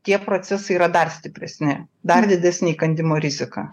tie procesai yra dar stipresni dar didenė įkandimo rizika